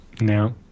No